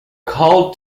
call